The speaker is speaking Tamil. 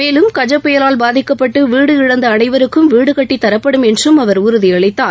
மேலும் கஜ புயலால் பாதிக்கப்பட்டு வீடு இழந்த அனைவருக்கும் வீடு கட்டித் தரப்படும் என்றும் அவர் உறுதி அளித்தார்